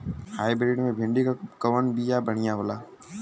Hybrid मे भिंडी क कवन बिया बढ़ियां होला?